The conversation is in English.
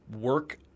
work